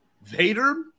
Vader